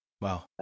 Wow